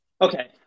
okay